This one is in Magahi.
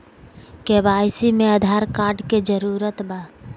के.वाई.सी में आधार कार्ड के जरूरत बा?